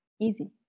easy